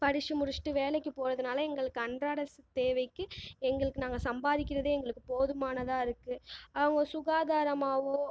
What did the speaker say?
படித்து முடிச்சுட்டு வேலைக்கு போகிறதுனால எங்களுக்கு அன்றாடம் தேவைக்கு எங்களுக்கு நாங்கள் சம்பாரிக்குறதே எங்களுக்கு போதுமானதாக இருக்குது அவங்க சுகாதாரமாகவும்